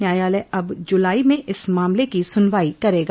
न्यायालय अब जुलाई में इस मामले की सुनवाई करेगा